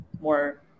more